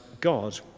God